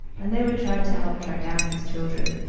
and they would try to help track down his children